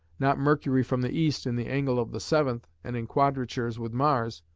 not mercury from the east in the angle of the seventh, and in quadratures with mars,